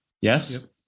Yes